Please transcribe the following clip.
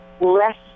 less